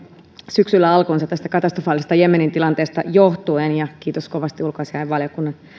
syksyllä alkunsa katastrofaalisesta jemenin tilanteesta johtuen ja kiitos kovasti ulkoasiainvaliokunnan